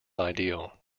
ideal